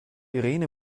irene